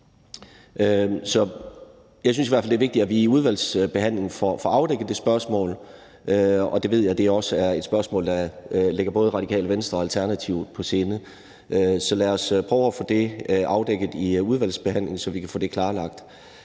Jeg synes i hvert fald, at det er vigtigt, at vi i udvalgsbehandlingen får afdækket det spørgsmål, og jeg ved, at det også er et spørgsmål, der ligger både Radikale Venstre og Alternativet på sinde. Så lad os prøve at få det afdækket i udvalgsbehandlingen, så vi kan få det klarlagt.